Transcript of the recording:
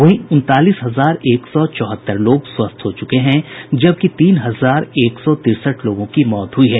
वहीं उनतालीस हजार एक सौ चौहत्तर लोग स्वस्थ हो चुके हैं जबकि तीन हजार एक सौ तिरसठ लोगों की मौत हुई है